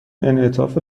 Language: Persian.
انعطاف